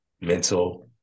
mental